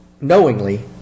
knowingly